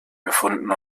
befunden